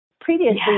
previously